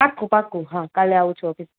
પાકું પાકું હા કાલે આવું છું ઓફિસ